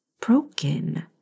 broken